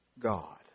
God